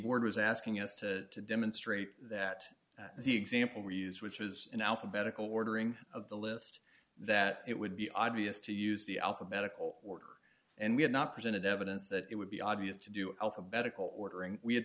board was asking us to demonstrate that the example we use which was in alphabetical order of the list that it would be obvious to use the alphabetical order and we have not presented evidence that it would be obvious to do alphabetical order we ha